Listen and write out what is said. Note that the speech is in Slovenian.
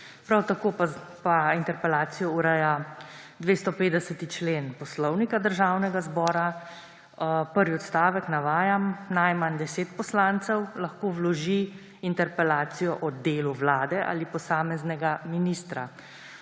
Prav tako pa interpelacijo ureja 250. člen Poslovnika Državnega zbora. Prvi odstavek, navajam: »Najmanj deset poslancev lahko vloži interpelacijo o delu vlade ali posameznega ministra,